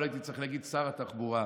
ולא הייתי צריך להגיד "שר התחבורה"